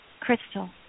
crystal